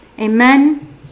Amen